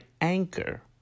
Anchor